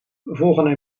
volgen